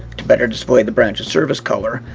to better display the branch of service colour,